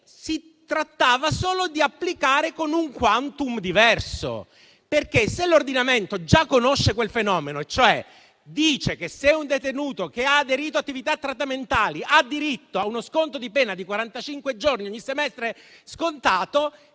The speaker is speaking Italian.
si trattava solo di applicare con un *quantum* diverso. L'ordinamento già conosce quel fenomeno e stabilisce che un detenuto che ha aderito ad attività trattamentali ha diritto a uno sconto di pena di quarantacinque giorni per ogni semestre scontato;